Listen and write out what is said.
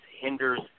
hinders